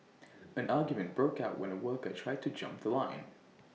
an argument broke out when A worker tried to jump The Line